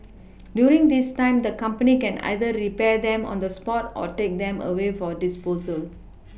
during this time the company can either repair them on the spot or take them away for disposal